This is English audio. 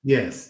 Yes